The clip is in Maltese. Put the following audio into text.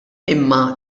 imma